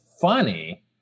funny